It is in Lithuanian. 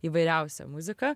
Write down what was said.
įvairiausia muzika